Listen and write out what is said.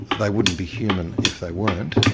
they wouldn't be human if they weren't.